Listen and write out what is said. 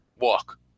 walk